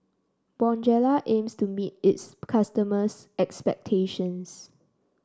Bonjela aims to meet its customers' expectations